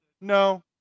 no